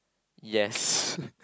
yes